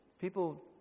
People